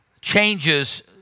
changes